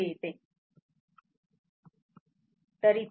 तेव्हा मी हे आता साफ करतो